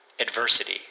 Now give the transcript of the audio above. adversity